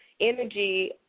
energy